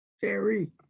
Jerry